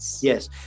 Yes